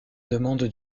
demande